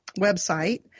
website